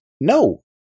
no